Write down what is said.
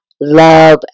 love